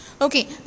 Okay